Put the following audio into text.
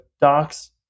docs